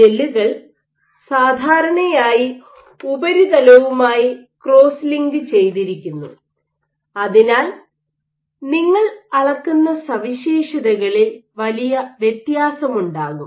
ജെല്ലുകൾ സാധാരണയായി ഉപരിതലവുമായി cross link ചെയ്തിരിക്കുന്നു അതിനാൽ നിങ്ങൾ അളക്കുന്ന സവിശേഷതകളിൽ വലിയ വ്യത്യാസമുണ്ടാകും